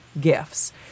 gifts